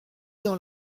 dans